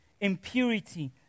impurity